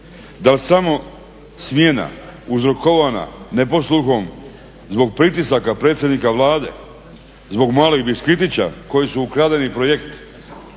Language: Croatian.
Dal samo smjena uzrokovana neposluhom zbog pritisaka predsjednika Vlade zbog malih biskvitića koji su ukradeni projekt